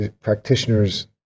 practitioners